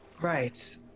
Right